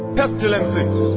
pestilences